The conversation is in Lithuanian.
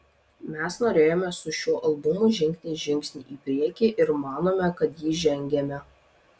mes norėjome su šiuo albumu žengti žingsnį į priekį ir manome kad jį žengėme